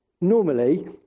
normally